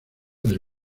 del